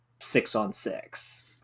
six-on-six